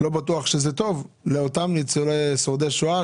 אני לא בטוח שזה טוב לאותם שורדי שואה,